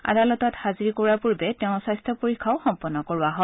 আদালতত হাজিৰ কৰোৱাৰ পূৰ্বে তেওঁৰ স্বাস্থ্য পৰীক্ষাও সম্পন্ন কৰোৱা হয়